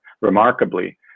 remarkably